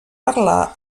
parlar